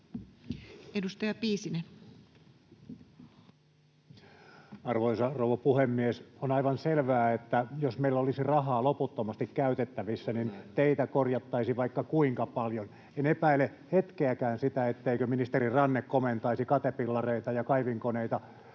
17:42 Content: Arvoisa rouva puhemies! On aivan selvää, että jos meillä olisi rahaa loputtomasti käytettävissä, niin teitä korjattaisiin vaikka kuinka paljon. En epäile hetkeäkään sitä, etteikö ministeri Ranne komentaisi katepillareita ja kaivinkoneita